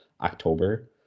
october